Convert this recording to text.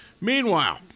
Meanwhile